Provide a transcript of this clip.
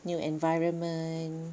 new environment